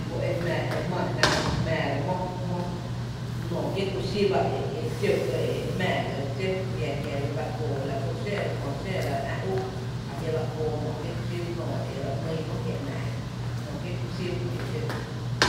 La kú e jmáá e jmáá jná mó e re jmⱥⱥra mó mó nóoó kiee’ kúxi ba e e dxó ga e jmⱥⱥ ga dxó jia jia dse koo la kú re xǿǿ köö ere xǿǿ ra ä’ ú ajia’ dse koonóoó kiéé’ kuxí, nóoó e dse ‘nyy jia’ ‘náá’, nóoó kiéé’ kuxí ba ‘my’n e dxó ga.